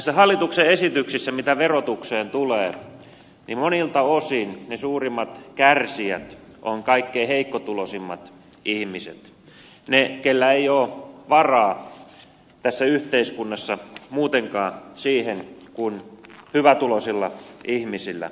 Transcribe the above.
näissä hallituksen esityksissä mitä verotukseen tulee monilta osin ne suurimmat kärsijät ovat kaikkein heikkotuloisimmat ihmiset ne joilla ei ole varaa tässä yhteiskunnassa muutenkaan siihen mihin hyvätuloisilla ihmisillä on